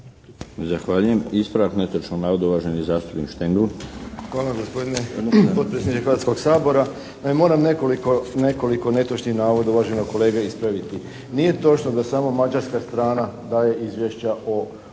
Zahvaljujem. Ispravak netočnog navoda, uvaženi zastupnik Štengl.